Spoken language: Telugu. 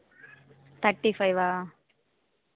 థర్టీ ఫైవా